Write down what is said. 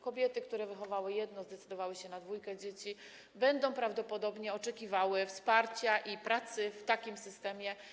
Kobiety, które wychowały jedno dziecko, zdecydowały się na dwójkę dzieci, będą prawdopodobnie oczekiwały wsparcia i pracy w takim systemie.